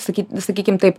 sakyti sakykime taip